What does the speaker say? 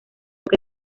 que